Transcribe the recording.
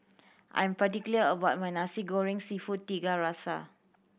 I'm particular about my Nasi Goreng Seafood Tiga Rasa